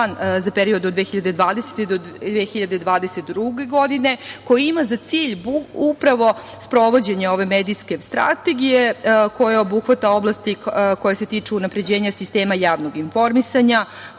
za period od 2020. do 2022. godine, koji ima za cilj upravo sprovođenje ove medijske strategije koja obuhvata oblasti koje se tiču unapređenja sistema javnog informisanja,